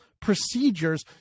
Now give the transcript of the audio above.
procedures